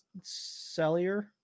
cellier